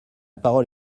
parole